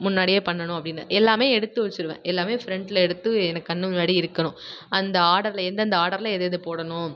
முன்னாடியே பண்ணணும் அப்படின்னு எல்லாமே எடுத்து வெச்சுருவேன் எல்லாமே ஃப்ரண்டில் எடுத்து எனக்கு கண்ணு முன்னாடி இருக்கணும் அந்த ஆடரில் எந்தெந்த ஆடரில் எது எது போடணும்